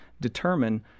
determine